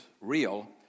real